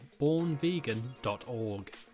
bornvegan.org